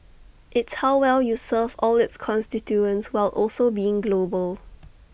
it's how well you serve all its constituents while also being global